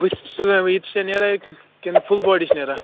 بُتھِس چھا نیران کِنہٕ فُل باڈی چھِ نیران